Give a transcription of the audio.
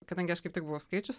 kadangi aš kaip tik buvau skaičius